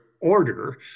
order